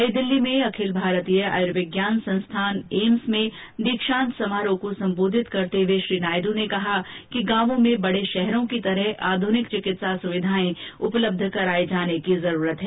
नई दिल्ली में अखिल भारतीय आयुर्विज्ञान संस्थान एम्स में दीक्षांत समारोह को संबोधित करते हुए श्री नायडू ने कहा कि गांवों में बड़े शहरों की तरह आधुनिक चिकित्सा सुविधाएं उपलब्ध कराने की जरूरत है